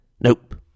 Nope